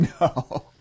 no